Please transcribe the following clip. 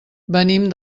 venim